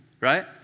right